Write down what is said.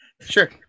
sure